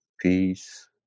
peace